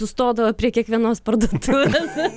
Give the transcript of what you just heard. sustodavo prie kiekvienos parduotuvės